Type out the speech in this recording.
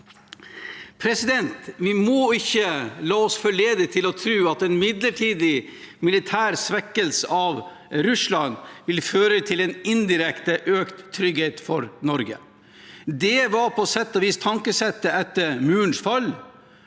forhold. Vi må ikke forledes til å tro at en midlertidig militær svekkelse av Russland vil føre til en indirekte økt trygghet for Norge. Det var på sett og vis tankesettet etter Murens fall,